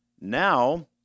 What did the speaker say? Now